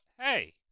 Hey